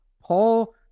Paul